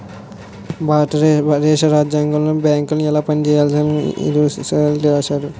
భారత దేశ రాజ్యాంగంలోనే బేంకులు ఎలా పనిజేయాలన్న ఇసయాలు రాశారు